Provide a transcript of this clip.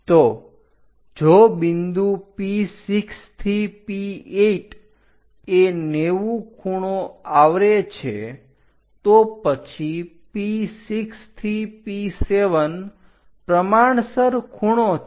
તો જો બિંદુ P6 થી P8 એ 90 ખૂણો આવરે છે તો પછી P6 થી P7 પ્રમાણસર ખૂણો છે